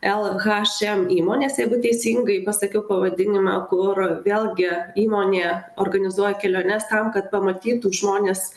lhm įmonės jeigu teisingai pasakiau pavadinimą kur vėlgi įmonė organizuoja keliones tam kad pamatytų žmonės